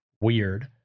weird